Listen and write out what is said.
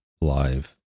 live